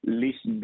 list